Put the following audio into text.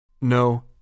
No